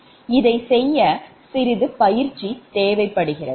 இதை செய்ய சிறிது பயிற்சி தேவைப்படுகிறது